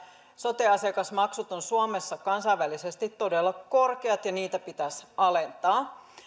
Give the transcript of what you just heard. sote asiakasmaksut ovat suomessa kansainvälisesti todella korkeat ja niitä pitäisi alentaa